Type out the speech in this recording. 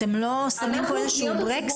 אתם לא שמים פה איזשהו ברקס?